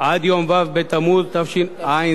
עד יום ו' בתמוז תשע"ז,